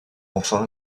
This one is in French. enfin